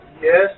Yes